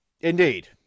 Indeed